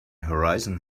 horizon